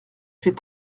fait